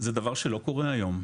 זה דבר שלא קורה היום.